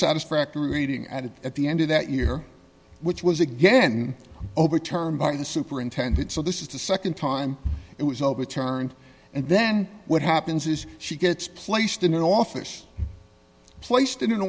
satisfactory rating added at the end of that year which was again overturned by the superintendent so this is the nd time it was overturned and then what happens is she gets placed in an office placed in an